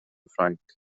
ffrainc